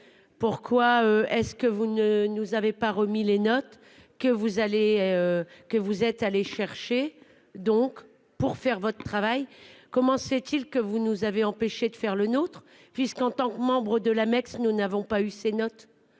Pourquoi est-ce que vous ne nous avez pas remis les notes que vous allez. Que vous êtes allés chercher. Donc pour faire votre travail comment s'est-il que vous nous avez empêché de faire le nôtre puisqu'en tant que membre de l'Amex. Nous n'avons pas eu ces notes.